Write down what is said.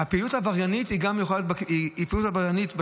הפעילות העבריינית יכולה להיות בשטח,